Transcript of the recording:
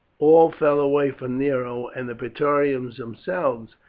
all fell away from nero, and the praetorians themselves,